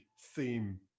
theme